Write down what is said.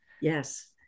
Yes